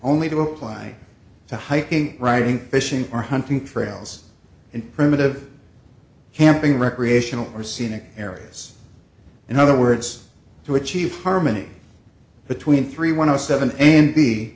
only to apply to hiking writing fishing or hunting trails and primitive camping recreational or scenic areas in other words to achieve harmony between three one of the seven a and b